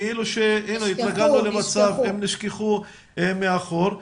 הם נשכחו מאחור.